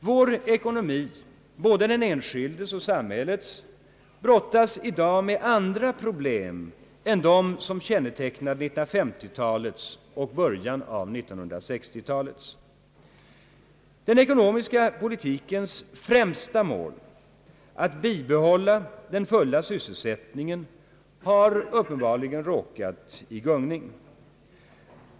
Vår ekonomi, både den enskildes och samhällets, brottas i dag med andra problem än dem som kännetecknade 1950-talets och det tidiga 1960-talets ekonomi. Den ekonomiska politikens främsta mål, att bibehålla den fulla sysselsättningen, har uppenbarligen råkat i gungning.